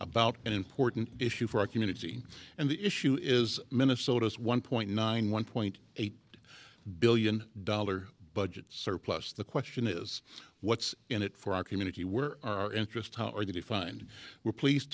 about an important issue for our community and the issue is minnesota's one point nine one point eight billion dollar budget surplus the question is what's in it for our community where our interests are defined we're pleased